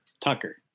Tucker